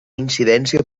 incidència